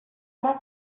must